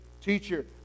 teacher